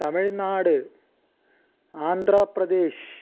Tamil Nadu Andhra Pradesh